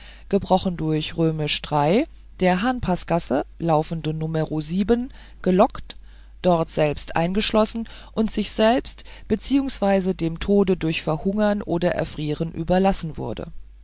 gebrochen durch römisch iii der hahnpaßgasse laufende numero sieben gelockt dortselbst eingeschlossen und sich selbst beziehungsweise dem tode durch verhungern oder erfrieren überlassen wurde